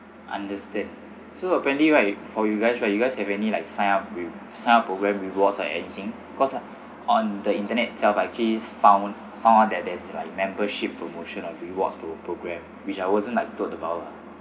understand so apparently right for you guys right you guys have any like sign up with sign up program rewards or anything cause on the internet itself I've actually found found out that there's like membership promotion or rewards to program which I wasn't like told about